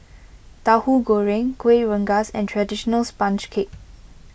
Tauhu Goreng Kuih Rengas and Traditional Sponge Cake